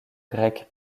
grec